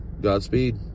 Godspeed